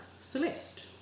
Celeste